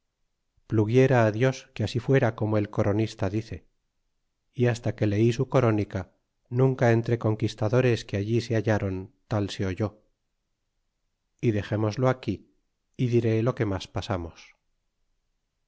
pluguiera dios que así fuera como el coronista dice y hasta que leí su corónica nunca entre conquistadores que allí se hallron tal se oyó y dexémoslo aquí y diré lo que mas pasamos